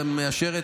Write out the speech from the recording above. אתה מאשר?